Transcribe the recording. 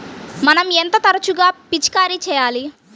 మనం ఎంత తరచుగా పిచికారీ చేయాలి?